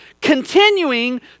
continuing